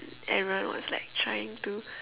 everyone was like trying to